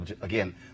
again